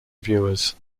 viewers